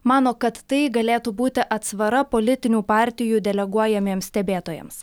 mano kad tai galėtų būti atsvara politinių partijų deleguojamiems stebėtojams